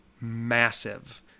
massive